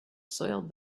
soiled